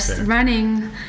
running